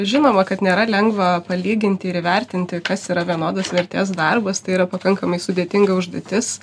žinoma kad nėra lengva palyginti ir įvertinti kas yra vienodos vertės darbas tai yra pakankamai sudėtinga užduotis